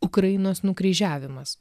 ukrainos nukryžiavimas